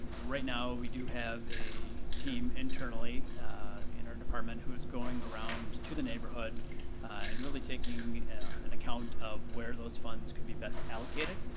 right now we do have a team internally in our department who's going around to the neighborhood and really taking an account of where those funds could be best allocated.